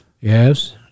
Yes